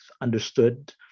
understood